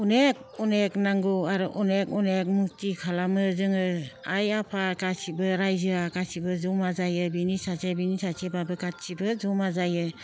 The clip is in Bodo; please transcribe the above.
अनेक अनेक नांगौ आरो अनेक अनेक मुर्ति खालामो जोङो आइ आफा गासैबो रायजोआ गासैबो जमा जायो बिनि सासे बिनि सासेबाबो गासैबो जमा जायो